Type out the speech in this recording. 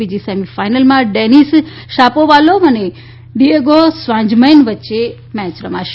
બીજી સેમી ફાઇનલમાં Denis Shapovalov અને ડિએગો વાજમેન વચ્ચે રમાશે